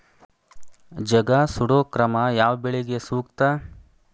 ಜಗಾ ಸುಡು ಕ್ರಮ ಯಾವ ಬೆಳಿಗೆ ಸೂಕ್ತ?